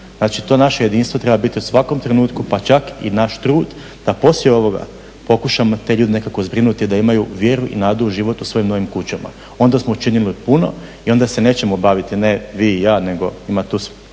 Znači, to naše jedinstvo treba biti u svakom trenutku pa čak i naš trud da poslije ovoga pokušamo te ljude nekako zbrinuti da imaju vjeru i nadu u život u svojim novim kućama. Onda smo učinili puno i onda se nećemo baviti, ne vi i ja, nego ima tu